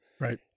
right